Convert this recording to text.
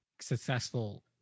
Successful